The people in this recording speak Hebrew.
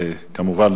כמובן,